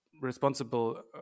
responsible